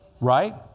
Right